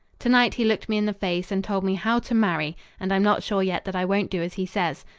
to-night he looked me in the face and told me how to marry, and i'm not sure yet that i won't do as he says.